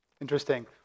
Interesting